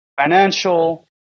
financial